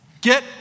Get